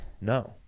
No